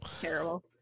terrible